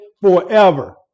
forever